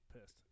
pissed